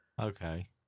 Okay